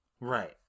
Right